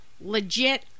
legit